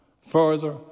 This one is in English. Further